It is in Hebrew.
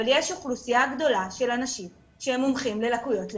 אבל יש אוכלוסייה גדולה של אנשים שמומחים ללקויות למידה.